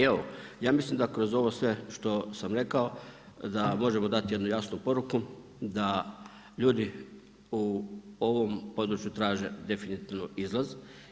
Evo, ja mislim da kroz ovo sve što sam rekao da možemo jednu jasnu poruku da ljudi u ovom području traže definitivno izlaz.